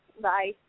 Bye